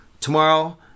Tomorrow